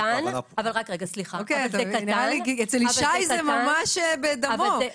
אצל ישי זה ממש בדמו,